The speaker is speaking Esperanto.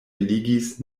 eligis